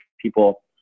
people –